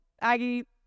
Aggie